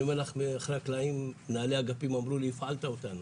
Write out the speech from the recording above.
אני אומר לך מאחורי הקלעים מנהלי אגפים אמרו לי 'הפעלת אותנו,